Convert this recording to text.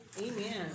Amen